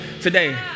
today